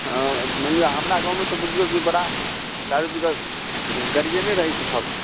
हाँ आओर मानि लिअ हमरा गाँवमे बुझियौ जे बड़ा दारू पीकऽ गरिएने रहैत छै सभकऽ